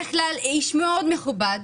בדרך כלל איש מאוד מכובד,